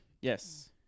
Yes